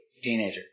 Teenager